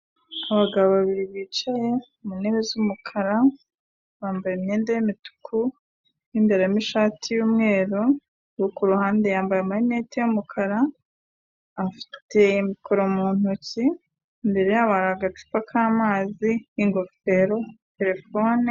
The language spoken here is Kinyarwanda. Abagabo babiri bicaye mu ntebe z'umukara, bambaye imyenda y'imituku mo imbere harimo ishati y'umweru, uwo ku ruhande yambaye amarinete y'umukara afite mikoro mu ntoki, imbere yabo hari agacupa k'amazi n'ingofero, telefone